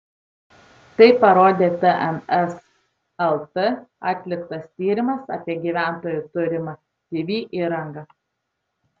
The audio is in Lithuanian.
tai parodė tns lt atliktas tyrimas apie gyventojų turimą tv įrangą